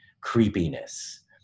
creepiness